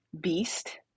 beast